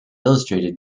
illustrated